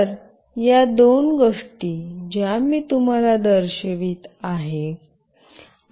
तर या दोन गोष्टी ज्या मी तुम्हाला दर्शवित आहे